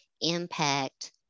impact